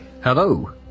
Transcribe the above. Hello